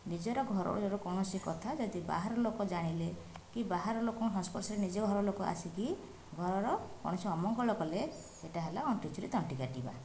ନିଜର ଘରର କୌଣସି କଥା ଯଦି ବାହାର ଲୋକ ଜାଣିଲେ କି ବାହାର ଲୋକଙ୍କ ସଂସ୍ପର୍ଶରେ ନିଜ ଘର ଲୋକ ଆସିକି ଘରର କୌଣସି ଅମଙ୍ଗଳ କଲେ ସେଇଟା ହେଲା ଅଣ୍ଟି ଛୁରୀ ତଣ୍ଟି କାଟିବା